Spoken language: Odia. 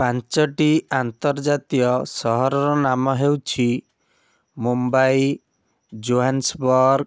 ପାଞ୍ଚଟି ଆର୍ନ୍ତଜାତୀୟ ସହରର ନାମ ହେଉଛିି ମୁମ୍ବାଇ ଜୋହାନ୍ସବର୍ଗ